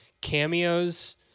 cameos